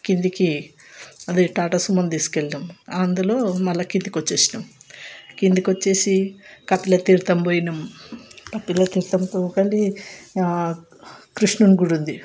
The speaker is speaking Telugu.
కిందికి అది టాటా సుమోనీ తీసుకు వెళ్ళినాం అందులో మళ్ళా కిందికి వచ్చేనాం కిందికి వచ్చి కపిలతీర్థం పోయినాం కపిలతీర్థంలో కృష్ణుడి గుడి ఉంది